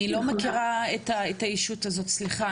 אני לא מכירה את הישות הזאת, סליחה.